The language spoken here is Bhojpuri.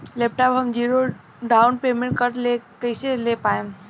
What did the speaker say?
लैपटाप हम ज़ीरो डाउन पेमेंट पर कैसे ले पाएम?